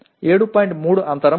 3 అంతరం ఉంది